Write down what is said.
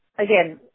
Again